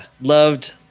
loved